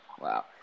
Wow